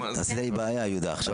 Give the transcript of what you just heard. תהיה לי בעיה, יהודה, עכשיו.